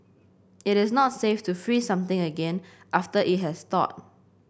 it is not safe to freeze something again after it has thawed